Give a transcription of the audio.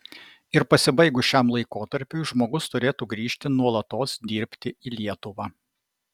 ir pasibaigus šiam laikotarpiui žmogus turėtų grįžti nuolatos dirbti į lietuvą